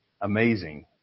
amazing